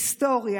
היסטורי.